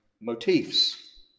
motifs